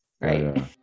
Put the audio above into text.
right